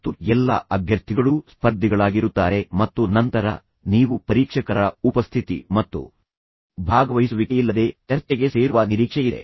ಮತ್ತು ಎಲ್ಲಾ ಅಭ್ಯರ್ಥಿಗಳೂ ಸ್ಪರ್ಧಿಗಳಾಗಿರುತ್ತಾರೆ ಮತ್ತು ನಂತರ ನೀವು ಪರೀಕ್ಷಕರ ಉಪಸ್ಥಿತಿ ಮತ್ತು ಭಾಗವಹಿಸುವಿಕೆಯಿಲ್ಲದೆ ಚರ್ಚೆಗೆ ಸೇರುವ ನಿರೀಕ್ಷೆಯಿದೆ